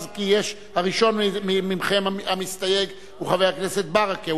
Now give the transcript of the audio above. כי הראשון מכם המסתייג הוא חבר הכנסת ברכה,